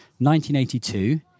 1982